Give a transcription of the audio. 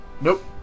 Nope